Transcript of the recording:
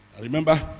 Remember